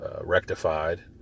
rectified